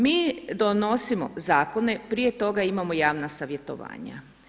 Mi donosimo zakone, prije toga imamo javna savjetovanja.